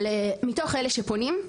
אבל מתוך אלה שפונים,